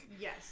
Yes